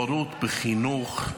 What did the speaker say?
בורות בחינוך,